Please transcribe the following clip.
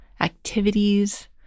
activities